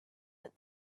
but